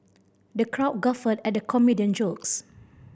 the crowd guffawed at the comedian jokes